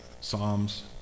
Psalms